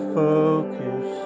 focus